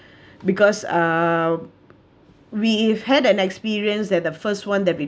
because uh we've had an experience that the first one that we